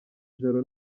ijoro